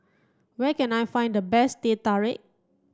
where can I find the best Teh Tarik